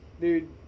dude